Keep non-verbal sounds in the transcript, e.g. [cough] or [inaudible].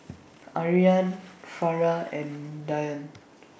[noise] Aryan Farah and Dian